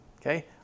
Okay